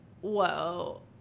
whoa